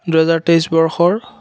দুহেজাৰ তেইছ বৰ্ষৰ